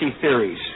theories